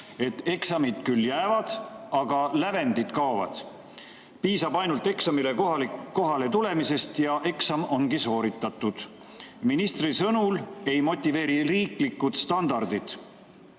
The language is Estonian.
eksamid küll jäävad, aga lävendid kaovad. Piisab ainult eksamile tulemisest ja eksam ongi sooritatud. Ministri sõnul ei motiveeri riiklikud standardid